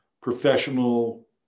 professional